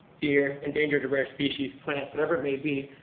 deer, endangered or rare species plants, whatever it may be,